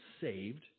saved